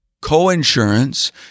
Co-insurance